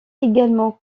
également